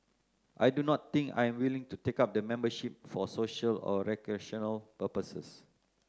I do not think I am willing to take up the membership for social or recreational purposes